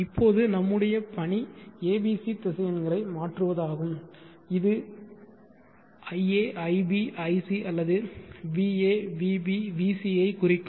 இப்போது நம்முடைய பணி abc திசையன்களை மாற்றுவதாகும் இது ia ib ic அல்லது va vb vc ஐ குறிக்கும்